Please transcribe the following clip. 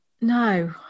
no